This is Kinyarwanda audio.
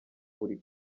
buri